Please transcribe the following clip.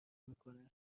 میکنه